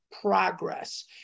progress